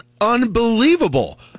unbelievable